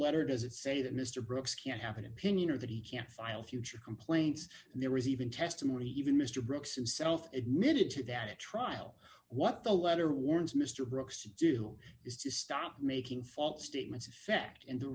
letter does it say that mr brooks can't happen in opinion or that he can't file future complaints there is even testimony even mr brooks and self admitted to that at trial what the letter warns mr brooks to do is to stop making false statements affect and